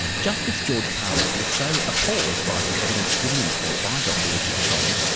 justice george palmer was so appalled by the evidence given in court by dr richard tjiong,